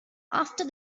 after